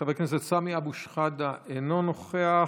חבר הכנסת סמי אבו שחאדה, אינו נוכח,